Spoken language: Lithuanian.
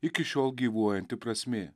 iki šiol gyvuojanti prasmė